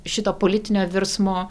šito politinio virsmo